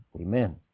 amen